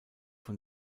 von